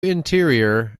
interior